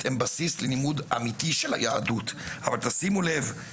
יש כמובן